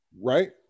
Right